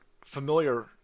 familiar